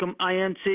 INC